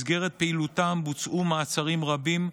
במסגרת פעילותם בוצעו מעצרים רבים,